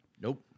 Nope